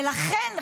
ולכן,